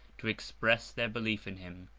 to express their belief in him.